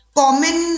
common